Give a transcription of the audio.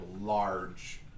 large